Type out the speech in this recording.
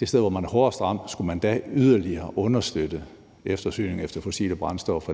det sted, hvor man er hårdest ramt af klimaforandringer, yderligere understøtte eftersøgningen af fossile brændstoffer?